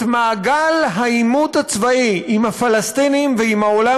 את מעגל העימות הצבאי עם הפלסטינים ועם העולם